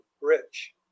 rich